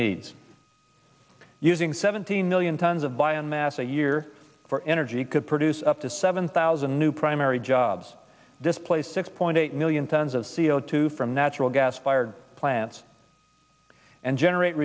needs using seventeen million tons of biomass a year for energy could produce up to seven thousand new primary jobs this place six point eight million tons of c o two from natural gas fired plants and generate